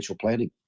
planning